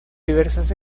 diversas